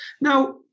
Now